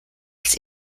als